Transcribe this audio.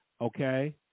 Okay